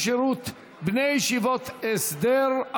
שירות בני ישיבות הסדר),